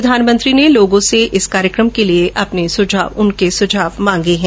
प्रधानमंत्री ने लोगों से इस कार्यक्रम के लिए उनके सुझाव मांगे है